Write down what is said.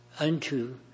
unto